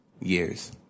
years